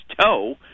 toe